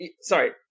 Sorry